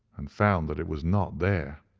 and found that it was not there.